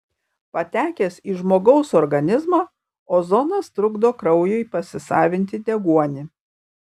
patekęs į žmogaus organizmą ozonas trukdo kraujui pasisavinti deguonį